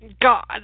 God